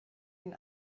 den